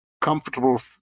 comfortable